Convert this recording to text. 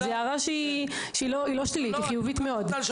זו הערה חיובית מאוד שכדאי לאמץ.